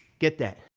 get that!